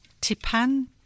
Tipan